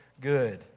good